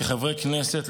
כחברי כנסת,